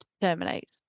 terminate